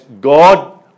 God